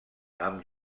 amb